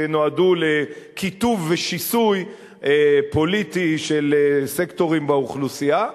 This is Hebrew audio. שנועדו לקיטוב ושיסוי פוליטי של סקטורים באוכלוסייה,